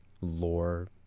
lore